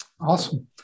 Awesome